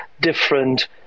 different